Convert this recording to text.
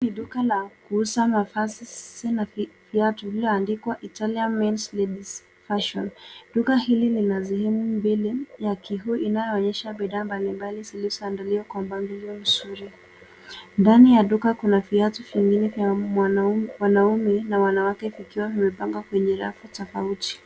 Duka la kuuzia mavazi na viatu lililoandikwa Italian mens ladies fashion . Duka hili lina sehemu mbili ya kikuu inayo onyesha bidhaa mbalimbali zilizo andaliwa kwa mpangilio mzuri. Ndani ya duka kuna viatu vingine vya wanaume na wanawake vikiwa vimepangwa kwa rafu tofauti.